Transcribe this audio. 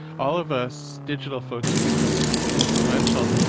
all of us digital folks who become influential,